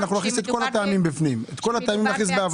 אנחנו נכניס את כל הטעמים בפנים, מתוך הבנה.